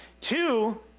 Two